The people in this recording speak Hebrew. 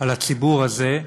על הציבור הזה,